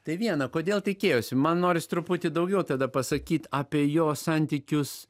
tai viena kodėl tikėjosi man norisi truputį daugiau tada pasakyt apie jos santykius